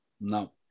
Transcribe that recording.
No